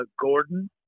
Gordon